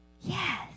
Yes